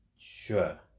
sure